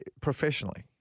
professionally